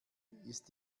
ist